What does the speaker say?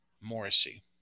Morrissey